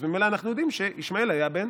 אז ממילא אנחנו יודעים שישמעאל היה בן